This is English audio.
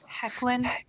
Hecklin